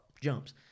Jumps